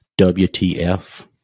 WTF